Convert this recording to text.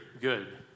good